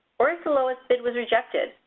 or if the lowest bid was rejected,